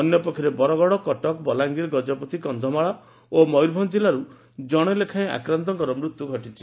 ଅନ୍ୟପକ୍ଷରେ ବରଗଡ କଟକ ବଲାଙ୍ଗୀର ଗକପତି କକ୍ଷମାଳ ଓ ମୟରଭଞ୍ ଜିଲାରୁ ଜଣେ ଲେଖାଏଁ ଆକ୍ରାନ୍ତଙ୍କ ମୃତ୍ୟୁ ଘଟିଛି